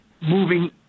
moving